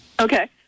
okay